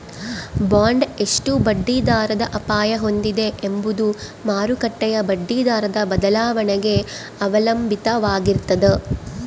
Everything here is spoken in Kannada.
ಬಾಂಡ್ ಎಷ್ಟು ಬಡ್ಡಿದರದ ಅಪಾಯ ಹೊಂದಿದೆ ಎಂಬುದು ಮಾರುಕಟ್ಟೆಯ ಬಡ್ಡಿದರದ ಬದಲಾವಣೆಗೆ ಅವಲಂಬಿತವಾಗಿರ್ತದ